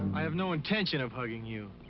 i have no intention of hugging you.